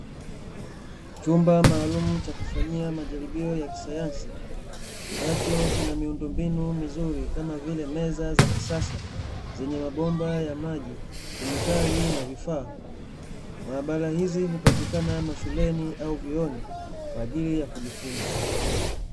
Chumba maalumu cha kufanyia majaribio ya kisayansi ambacho kina miundombinu mizuri kama vile: meza za kisasa zenye mabomba ya maji, kemikali na vifaa. Maabara hizi hupatikana mashuleni au vyuoni, kwa ajili ya kujifunza.